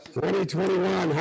2021